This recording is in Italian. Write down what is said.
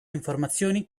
informazioni